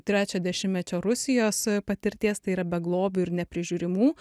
trečio dešimtmečio rusijos patirties tai yra beglobių ir neprižiūrimų